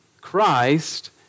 Christ